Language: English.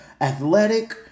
athletic